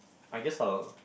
I guess I'll